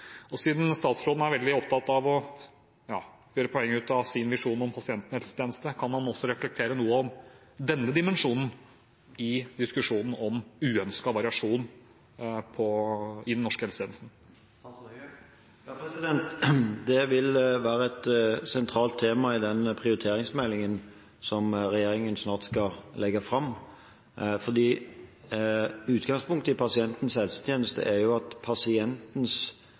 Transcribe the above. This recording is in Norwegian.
Siden statsråden er veldig opptatt av å gjøre et poeng av sin visjon om pasientens helsetjeneste, kan han også reflektere noe om denne dimensjonen i diskusjonen om uønsket variasjon i den norske helsetjenesten? Det vil være et sentralt tema i den prioriteringsmeldingen som regjeringen snart skal legge fram. Utgangspunktet i pasientens helsetjeneste er at pasientens